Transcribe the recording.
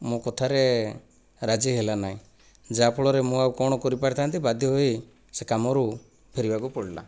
ମୋ କଥାରେ ରାଜି ହେଲାନାହିଁ ଯାହାଫଳରେ ମୁଁ ଆଉ କ'ଣ କରିପାରିଥାନ୍ତି ବାଧ୍ୟହୋଇ ସେ କାମରୁ ଫେରିବାକୁ ପଡ଼ିଲା